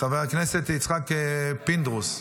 חבר הכנסת יצחק פינדרוס,